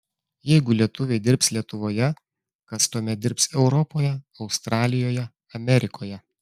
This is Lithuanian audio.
jeigu lietuviai dirbs lietuvoje kas tuomet dirbs europoje australijoje amerikoje